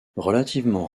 relativement